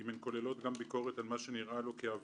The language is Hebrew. אם הן כוללות גם ביקורת על מה שנראה לו בעוולה,